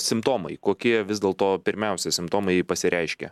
simptomai kokie vis dėlto pirmiausia simptomai pasireiškia